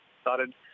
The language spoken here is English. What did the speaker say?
started